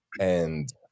and-